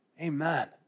Amen